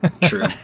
True